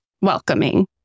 welcoming